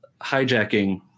hijacking